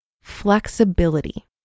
Flexibility